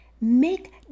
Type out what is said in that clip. make